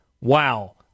wow